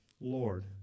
Lord